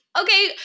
okay